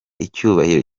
icyubahiro